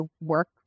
work